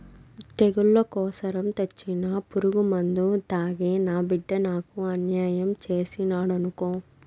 తెగుళ్ల కోసరం తెచ్చిన పురుగుమందు తాగి నా బిడ్డ నాకు అన్యాయం చేసినాడనుకో